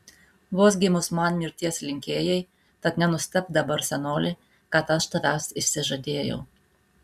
vos gimus man mirties linkėjai tad nenustebk dabar senoli kad aš tavęs išsižadėjau